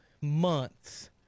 months